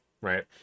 right